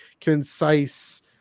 concise